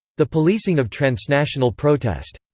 the policing of transnational protest.